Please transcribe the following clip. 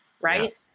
right